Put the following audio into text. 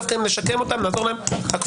דווקא אם נשקם אותם ונעזור להם --- עליהם,